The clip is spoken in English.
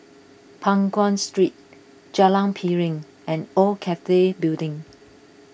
Peng Nguan Street Jalan Piring and Old Cathay Building